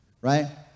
right